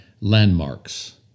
landmarks